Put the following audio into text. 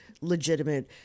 legitimate